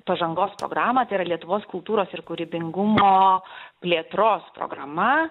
pažangos programą tai yra lietuvos kultūros ir kūrybingumo plėtros programa